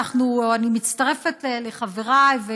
אני מצטרפת לחבריי,